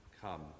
Come